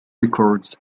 records